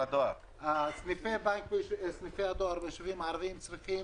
סניפי הדואר ביישובים הערביים צריכים